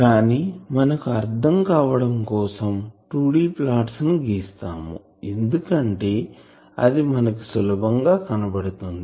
కానీ మనకి అర్ధం కావడం కోసం 2D ప్లాట్స్ ని గీస్తాము ఎందుకంటే అది మనకి సులభంగా కనపడుతుంది